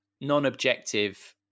non-objective